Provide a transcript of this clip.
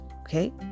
okay